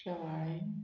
शेवाळें